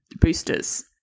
boosters